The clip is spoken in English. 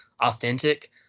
authentic